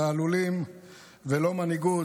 תעלולים ולא מנהיגות,